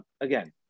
again